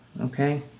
Okay